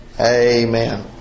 Amen